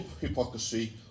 hypocrisy